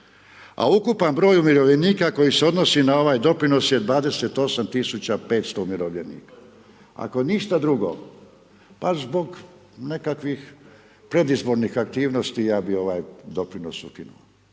a ukupan broj umirovljenika koji se odnosi na ovaj doprinos je 28500 umirovljenika. Ako ništa drugo, pa zbog nekakvih predizbornih aktivnosti, ja bi ovaj doprinos ukinuo.